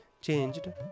changed